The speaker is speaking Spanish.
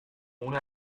una